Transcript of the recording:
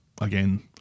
again